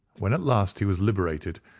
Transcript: when at last he was liberated,